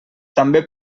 també